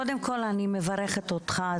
קודם כל אני מברכת אותך,